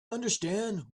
understand